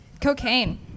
Cocaine